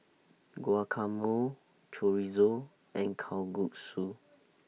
Guacamole Chorizo and Kalguksu